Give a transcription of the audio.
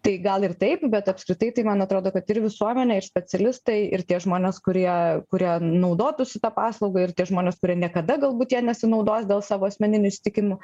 tai gal ir taip bet apskritai tai man atrodo kad ir visuomenė ir specialistai ir tie žmonės kurie kurie naudotųsi ta paslauga ir tie žmonės kurie niekada galbūt jie nesinaudos dėl savo asmeninių įsitikinimų